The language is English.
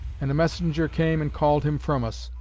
and a messenger came, and called him from us.